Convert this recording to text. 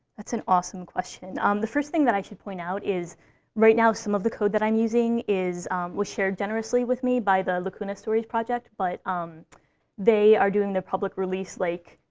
that's an awesome question. um the first thing that i should point out is right now, some of the code that i'm using was shared generously with me by the lacuna stories project. but um they are doing their public release like